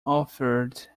offered